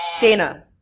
Dana